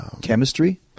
Chemistry